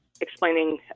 explaining